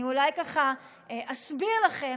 אני אולי ככה אסביר לכם,